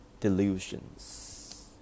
delusions